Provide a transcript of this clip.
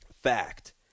fact